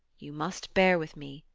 you must bear with me,